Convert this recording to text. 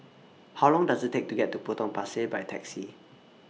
How Long Does IT Take to get to Potong Pasir By Taxi